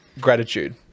gratitude